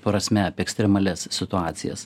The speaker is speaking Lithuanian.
prasme apie ekstremalias situacijas